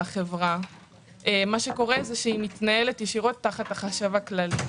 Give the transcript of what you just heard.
החברה והיא מתנהלת ישירות תחת החשב הכללי.